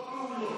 לא פעולות,